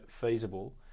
feasible